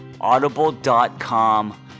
audible.com